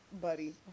buddy